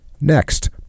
Next